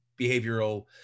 behavioral